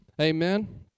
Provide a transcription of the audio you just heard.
Amen